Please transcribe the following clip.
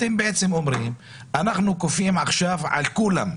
אתם בעצם או מרים שאנחנו כופים עכשיו על כולם.